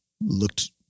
looked